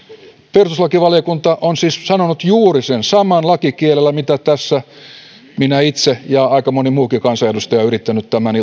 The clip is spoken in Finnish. perustuslakivaliokunta on siis sanonut juuri sen saman lakikielellä mitä tässä minä itse olen ja aika moni muukin kansanedustaja on yrittänyt tämän